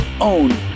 own